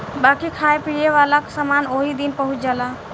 बाकी खाए पिए वाला समान ओही दिन पहुच जाला